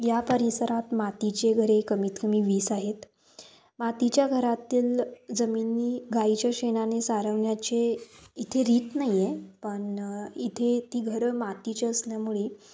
या परिसरात मातीचे घरे कमीतकमी वीस आहेत मातीच्या घरातील जमिनी गाईच्या शेणाने सारवण्याचे इथे रीत नाही आहे पण इथे ती घरं मातीची असल्यामुळे